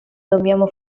dobbiamo